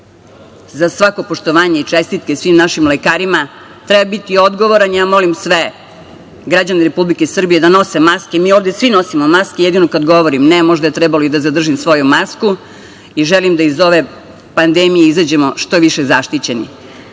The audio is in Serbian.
Za svako poštovanje i čestitke svim našim lekarima. Treba biti odgovoran, ja molim sve građane Republike Srbije da nose maske. Mi ovde svi nosimo maske, jedino kada govorim. Ne, možda je trebalo da zadržim svoju masku i želim da iz ove pandemije izađemo što više zaštićeni. Samo